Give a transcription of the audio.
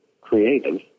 creative